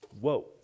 Whoa